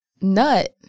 Nut